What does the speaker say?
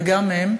וגם הם,